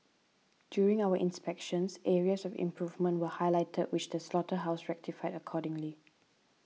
during our inspections areas of improvement were highlighted which the slaughterhouse rectified accordingly